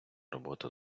робота